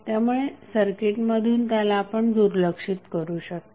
त्यामुळे सर्किट मधून त्याला आपण दुर्लक्षित करू शकता